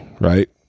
right